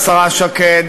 השרה שקד,